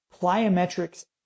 plyometrics